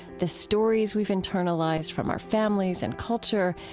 the stories we've internalized from our families and culture,